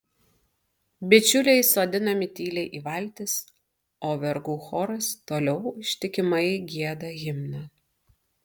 bičiuliai sodinami tyliai į valtis o vergų choras toliau ištikimai gieda himną